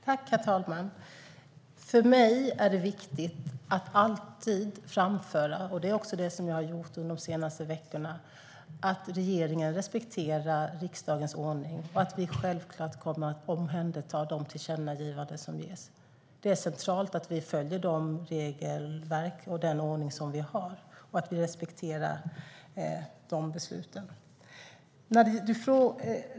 Herr talman! För mig är det viktigt att alltid - och det är också vad jag har gjort under de senaste veckorna - framföra att regeringen respekterar riksdagens ordning och att vi självklart kommer att omhänderta de tillkännagivanden som görs. Det är centralt att vi följer de regelverk och den ordning som vi har och att vi respekterar besluten.